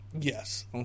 Yes